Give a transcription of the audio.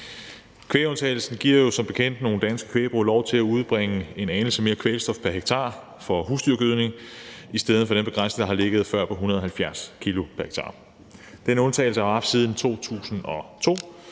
Kvægundtagelsen giver jo som bekendt nogle danske kvægbrug lov til at udbringe en anelse mere kvælstof pr. hektar fra husdyrgødning, i stedet for at der er den begrænsning, der har ligget før, på 170 kg pr. hektar. Den undtagelse har vi haft siden 2002,